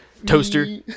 Toaster